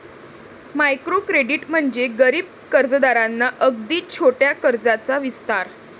micro credit म्हणजे गरीब कर्जदारांना अगदी छोट्या कर्जाचा विस्तार